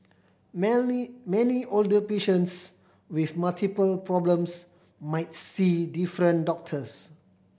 many many older patients with multiple problems might see different doctors